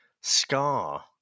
scar